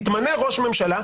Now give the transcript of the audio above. יתמנה ראש ממשלה,